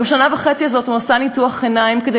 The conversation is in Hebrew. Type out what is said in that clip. בשנה וחצי האלה הוא עשה ניתוח עיניים כדי